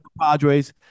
Padres